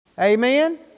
Amen